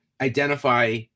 identify